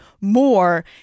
more